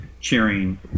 cheering